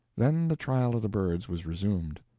then the trial of the birds was resumed.